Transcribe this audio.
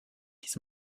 dies